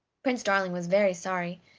prince darling was very sorry,